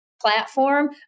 platform